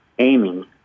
aiming